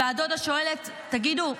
והדודה שואלת: תגידו,